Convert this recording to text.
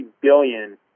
billion